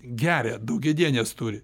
geria daugiadienes turi